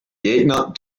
gegner